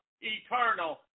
eternal